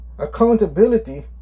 accountability